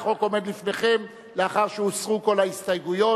החוק עומד לפניכם לאחר שהוסרו כל ההסתייגויות.